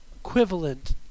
equivalent